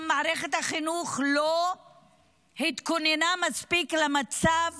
אני חושבת שמערכת החינוך גם לא התכוננה מספיק למצב